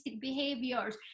behaviors